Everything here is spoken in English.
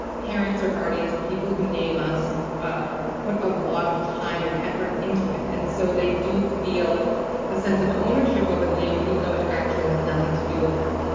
parents or guardians or people who name us ah put a lot of time and effort into it. and so they do feel a sense of ownership over the name, even though it actually has nothing to do with them.